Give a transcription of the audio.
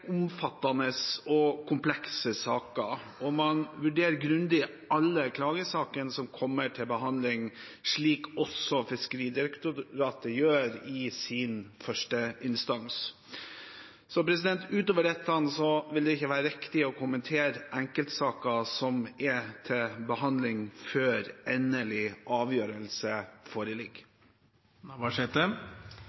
omfattende og komplekse saker, og man vurderer grundig alle klagesakene som kommer til behandling, slik også Fiskeridirektoratet gjør i første instans. Ut over dette vil det ikke være riktig å kommentere enkeltsaker som er til behandling før endelig avgjørelse foreligger.